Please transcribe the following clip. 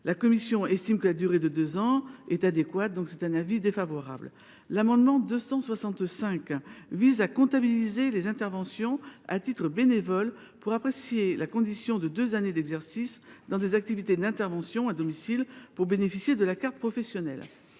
La commission estime que la durée de deux ans est adéquate et émet donc un avis défavorable sur cet amendement. L’amendement n° 265 vise à comptabiliser les interventions à titre bénévole dans l’appréciation de la condition de deux années d’exercice dans des activités d’intervention à domicile pour bénéficier de la carte professionnelle.